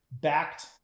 backed